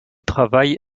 travaille